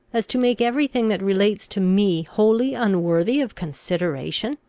as to make every thing that relates to me wholly unworthy of consideration?